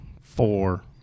four